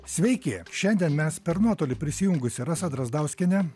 sveiki šiandien mes per nuotolį prisijungusi rasa drazdauskienė